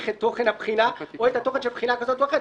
את תוכן הבחינה או את התוכן של בחינה כזאת או אחרת.